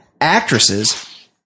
actresses